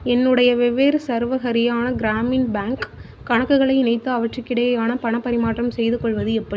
என்னுடைய வெவ்வேறு சர்வ ஹரியானா கிராமின் பேங்க் கணக்குகளை இணைத்து அவற்றுக்கிடையே பணப் பரிமாற்றம் செய்துகொள்வது எப்படி